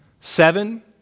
Seven